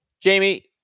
Jamie